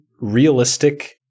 realistic